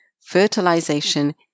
fertilization